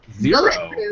zero